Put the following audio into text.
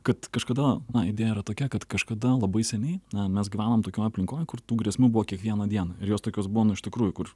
kad kažkada na idėja yra tokia kad kažkada labai seniai na mes gyvenom tokioj aplinkoj kur tų grėsmių buvo kiekvieną dieną ir jos tokios buvo nu iš tikrųjų kur